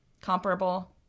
Comparable